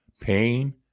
pain